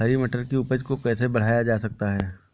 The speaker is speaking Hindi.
हरी मटर की उपज को कैसे बढ़ाया जा सकता है?